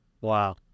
Wow